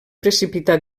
precipitar